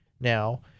now